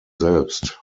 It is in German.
selbst